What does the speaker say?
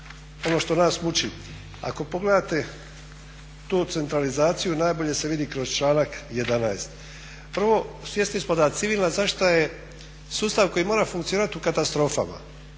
ono što nas muči. Ako pogledate tu centralizaciju najbolje se vidi kroz članak 11. Prvo, svjesni smo da civilna zaštita je sustav koji mora funkcionirat u katastrofama,